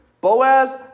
Boaz